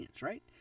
right